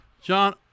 John